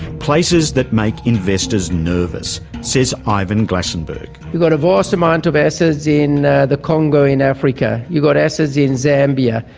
places that make investors nervous, says ivan glasenberg. you've got a vast amount of assets in the the congo in africa. you've got assets in zambia,